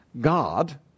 God